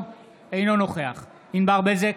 אינו נוכח ענבר בזק,